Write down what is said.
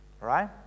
Right